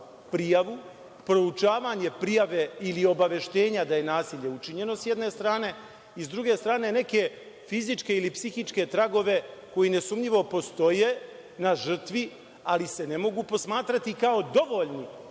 prijavu, proučavanje prijave ili obaveštenja da je nasilje učinjeno, s jedne strane, i s druge strane, neke fizičke ili psihičke tragove koji nesumnjivo postoje na žrtvi, ali se ne mogu posmatrati kao dovoljni